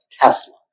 Tesla